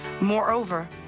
Moreover